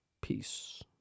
Peace